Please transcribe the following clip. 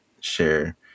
share